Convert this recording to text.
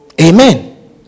Amen